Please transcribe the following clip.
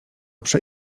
przy